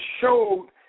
showed